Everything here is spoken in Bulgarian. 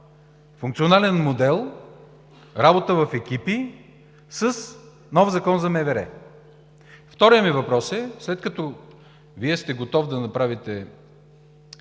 функционален модел, работа в екипи, с нов закон за МВР? Вторият ми въпрос е: след като Вие сте готов да направите